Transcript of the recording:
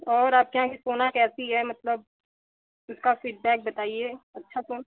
और आपके यहाँ की सोना कैसी है मतलब उसका फ़ीडबैक बताइए अच्छा सा